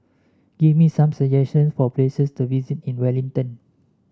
give me some suggestions for places to visit in Wellington